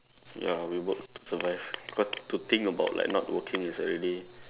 ya we work to survive because to think about like not working is already